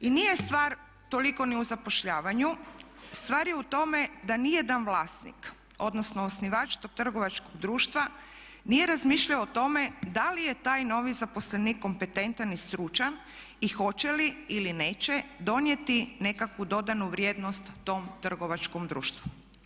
I nije stvar toliko ni u zapošljavanju, stvar je u tome da ni jedan vlasnik odnosno osnivač tog trgovačkog društva nije razmišljao o tome da li je taj novi zaposlenik kompetentan i stručan i hoće li ili neće donijeti nekakvu dodanu vrijednost tom trgovačkom društvu.